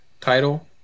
title